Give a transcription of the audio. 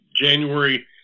january